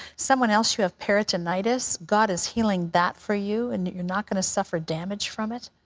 someone else, you have peritonitis. god is healing that for you, and you're not going to suffer damage from it.